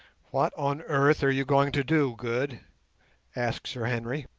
what on earth are you going to do, good asked sir henry.